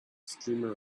streamer